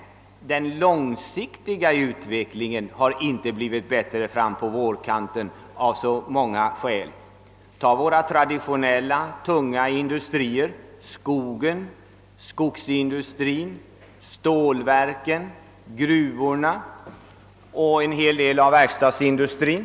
Den långsiktiga utvecklingen har av många skäl inte blivit bättre frampå vårkanten. Tag t.ex. våra traditionella tunga industrier, skogen och skogsindustrin, stålverken, gruvorna och en hel del av verkstadsindustrin!